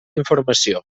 informació